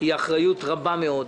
היא אחריות רבה מאוד.